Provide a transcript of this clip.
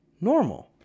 normal